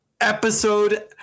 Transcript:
episode